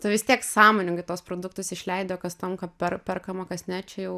tu vis tiek sąmoningai tuos produktus išleidi o kas tamka per perkama kas ne čia jau